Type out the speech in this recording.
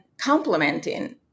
complementing